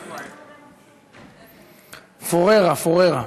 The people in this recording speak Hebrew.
פוררה, פוררה.